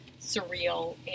surreal